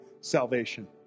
salvation